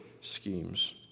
schemes